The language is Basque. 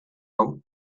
hau